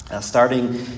starting